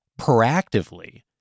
proactively